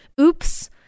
oops